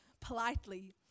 politely